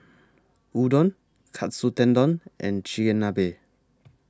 Udon Katsu Tendon and Chigenabe